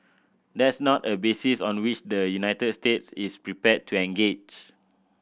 that's not a basis on which the United States is prepared to engage